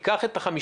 קח את ה-5%,